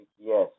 Yes